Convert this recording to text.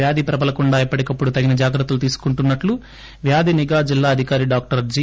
వ్యాధి ప్రబలకుండా ఎప్పటికప్పుడు తగిన జాగ్రత్తలు తీసుకుంటున్పట్లు వ్యాధి నిఘా జిల్లా అధికారి డాక్టర్ జి